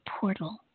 portal